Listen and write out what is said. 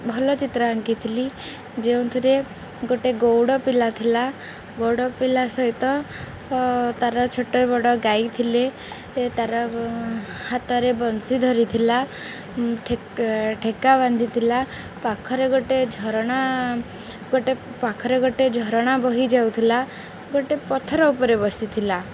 ଭଲ ଚିତ୍ର ଆଙ୍କିଥିଲି ଯେଉଁଥିରେ ଗୋଟେ ଗଉଡ଼ ପିଲା ଥିଲା ଗଉଡ଼ ପିଲା ସହିତ ତାର ଛୋଟ ବଡ଼ ଗାଈ ଥିଲେ ତାର ହାତରେ ବଂଶୀ ଧରିଥିଲା ଠେକା ବାନ୍ଧି ଥିଲା ପାଖରେ ଗୋଟେ ଝରଣା ଗୋଟେ ପାଖରେ ଗୋଟେ ଝରଣା ବହିଯାଉଥିଲା ଗୋଟେ ପଥର ଉପରେ ବସିଥିଲା